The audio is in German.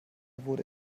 wurde